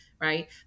right